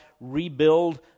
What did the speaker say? rebuild